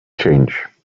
change